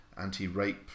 anti-rape